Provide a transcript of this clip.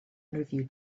interview